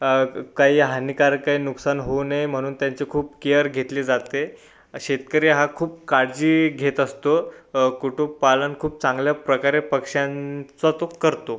काही हानिकारक काही नुकसान होऊ नये म्हणून त्यांची खूप केअर घेतली जाते शेतकरी हा खूप काळजी घेत असतो कुक्कुटपालन खूप चांगल्या प्रकारे पक्ष्यांचं तो करतो